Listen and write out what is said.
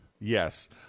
yes